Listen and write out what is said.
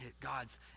God's